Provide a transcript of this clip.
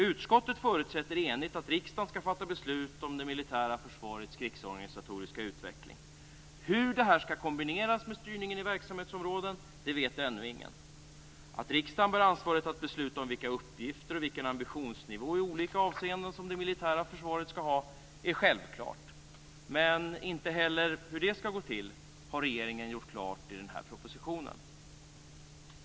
Utskottet förutsätter enigt att riksdagen skall fatta beslut om det militära försvarets krigsorganisatoriska utveckling. Hur detta skall kombineras med styrningen i verksamhetsområden vet ännu ingen. Att riksdagen bär ansvaret att besluta om vilka uppgifter och vilken ambitionsnivå i olika avseenden som det militära försvaret skall ha är självklart. Hur detta skall gå till har dock inte regeringen gjort klart i den här propositionen.